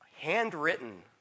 Handwritten